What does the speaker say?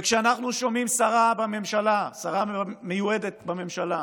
וכשאנחנו שומעים שרה בממשלה, שרה מיועדת בממשלה,